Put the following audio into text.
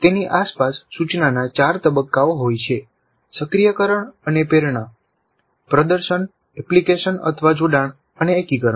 તેની આસપાસ સૂચનાના 4 તબક્કાઓ હોય છે સક્રિયકરણ અને પ્રેરણા પ્રદર્શન એપ્લિકેશનજોડાણ અને એકીકરણ